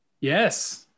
Yes